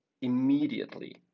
immediately